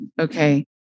Okay